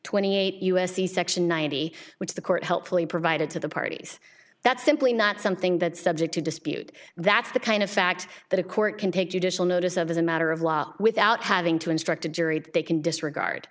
twenty eight u s c section ninety which the court helpfully provided to the parties that's simply not something that's subject to dispute that's the kind of fact that a court can take judicial notice of as a matter of law without having to instruct a jury they can disregard